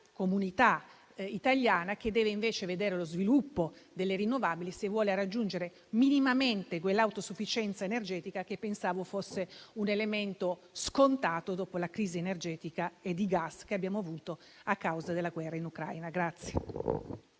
comunità italiana, che deve invece vedere lo sviluppo delle energie rinnovabili, se vuole raggiungere minimamente quell'autosufficienza energetica che pensavo fosse un elemento scontato dopo la crisi energetica e di gas che abbiamo avuto a causa della guerra in Ucraina.